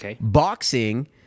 Boxing